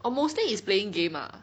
oh mostly is playing game ah